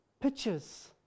pictures